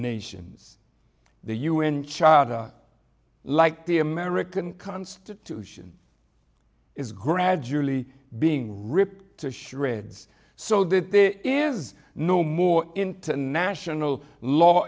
nations the u n chahta like the american constitution is gradually being ripped to shreds so that there is no more international law